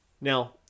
Now